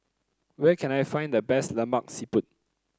where can I find the best Lemak Siput